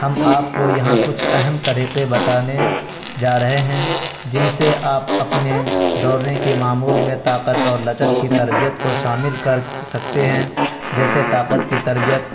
ہم آپ کو یہاں کچھ اہم طریقے بتانے جا رہے ہیں جن سے آپ اپنے دوڑنے کی معمول میں طاقت اور لچک کی تربیت کو شامل کر سکتے ہیں جیسے طاقت کی تربیت